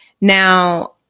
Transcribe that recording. Now